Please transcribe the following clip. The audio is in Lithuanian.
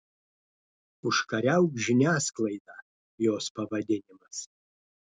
užkariauk žiniasklaidą jos pavadinimas